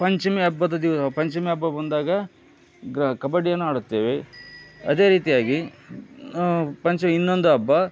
ಪಂಚಮಿ ಹಬ್ಬದ ದಿವ ಪಂಚಮಿ ಹಬ್ಬ ಬಂದಾಗ ಗಾ ಕಬಡಿಯನ್ನು ಆಡುತ್ತೇವೆ ಅದೇ ರೀತಿಯಾಗಿ ಪಂಚ ಇನ್ನೊಂದು ಹಬ್ಬ